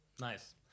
Nice